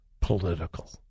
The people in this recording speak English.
political